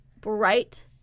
Bright